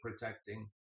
protecting